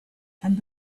and